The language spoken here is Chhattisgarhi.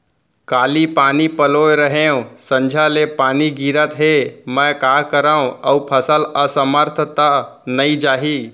काली पानी पलोय रहेंव, संझा ले पानी गिरत हे, मैं का करंव अऊ फसल असमर्थ त नई जाही?